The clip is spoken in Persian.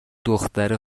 دختره